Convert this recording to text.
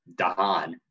Dahan